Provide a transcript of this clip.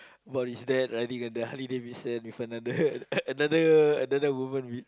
about his dad riding a the Harley-Davidson with another another another woman